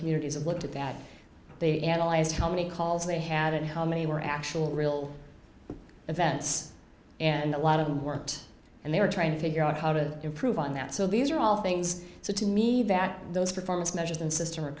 communities have looked at that they analyzed how many calls they had and how many were actual real events and a lot of them weren't and they are trying to figure out how to improve on that so these are all things so to me that those performance measures and system are